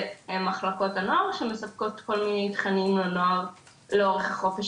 מחלקות הנוער שמספקות כל מיני תכנים לנוער לאורך החופש